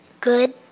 Good